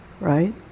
right